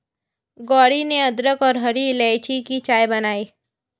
गौरी ने अदरक और हरी इलायची की चाय बनाई